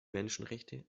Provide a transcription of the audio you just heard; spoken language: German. menschenrechte